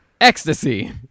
Ecstasy